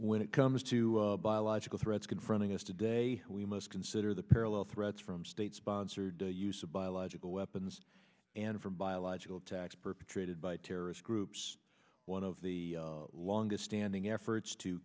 when it comes to biological threats confronting us today we must consider the parallel threats from state sponsored the use of biological weapons and from biological attacks perpetrated by terrorist groups one of the longest standing efforts to